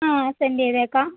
ആ സെൻഡ് ചെയ്തേക്കാം